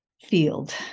field